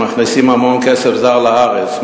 שמכניסים המון כסף זר לארץ,